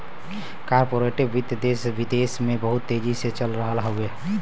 corporate वित्त देस विदेस में बहुत तेजी से चल रहल हउवे